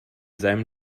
seinem